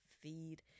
feed